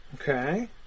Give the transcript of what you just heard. Okay